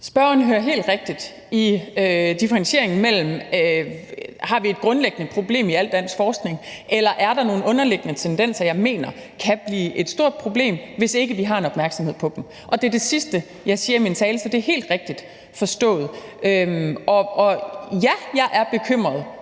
Spørgeren hører helt rigtigt i differentieringen mellem, om vi har et grundlæggende problem i al dansk forskning, eller om der er nogle underliggende tendenser, jeg mener kan blive et stort problem, hvis ikke vi har en opmærksomhed på dem. Det er det sidste, jeg taler om i min tale, så det er helt rigtigt forstået. Og ja, jeg er bekymret,